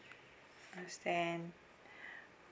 understand